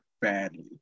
badly